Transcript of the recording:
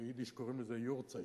ביידיש קוראים לזה יארצאייט,